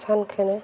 सानखौनो